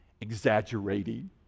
exaggerating